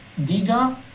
Diga